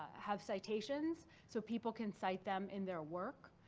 have citations so people can cite them in their work.